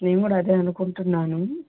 నేను కూడ అదే అనుకుంటున్నాను